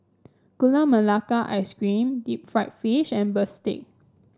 Gula Melaka Ice Cream Deep Fried Fish and bistake